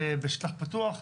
בשטח פתוח.